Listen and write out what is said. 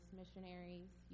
missionaries